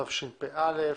התשפ"א-2021,